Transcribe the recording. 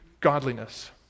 godliness